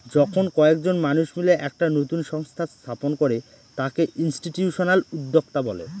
যখন কয়েকজন মানুষ মিলে একটা নতুন সংস্থা স্থাপন করে তাকে ইনস্টিটিউশনাল উদ্যোক্তা বলে